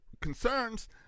concerns